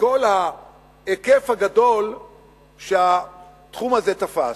וכל ההיקף הגדול שהתחום הזה תפס.